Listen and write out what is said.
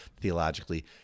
theologically